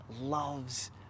loves